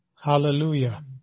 hallelujah